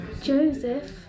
Joseph